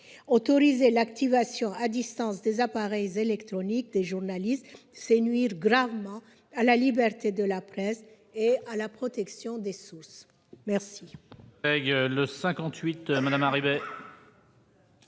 Autoriser l'activation à distance des appareils électroniques des journalistes, c'est nuire gravement à la liberté de la presse et à la protection des sources.